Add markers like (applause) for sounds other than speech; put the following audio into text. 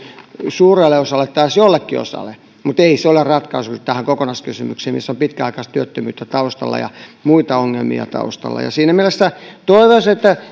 suurelle osalle tai edes jollekin osalle mutta ei se ole ratkaisu tähän kokonaiskysymykseen jossa on pitkäaikaistyöttömyyttä taustalla ja muita ongelmia taustalla siinä mielessä toivoisin että (unintelligible)